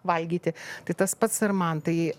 valgyti tai tas pats ir man tai